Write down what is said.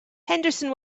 henderson